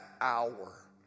hour